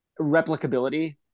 replicability